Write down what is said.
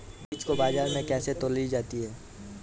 बीज को बाजार में कैसे तौली जाती है?